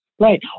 Right